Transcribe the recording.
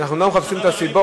אנחנו לא מחפשים את הסיבות,